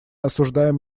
осуждаем